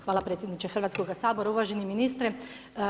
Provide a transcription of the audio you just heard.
Hvala predsjednice Hrvatskog sabora, uvaženi ministre.